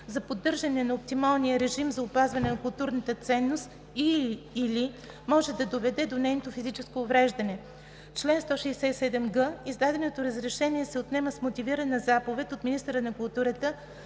за поддържане на оптималния режим за опазване на културната ценност и/или може да доведе до нейното физическо увреждане. Чл. 167г. Издаденото разрешение се отнема с мотивирана заповед от министъра на културата